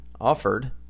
Offered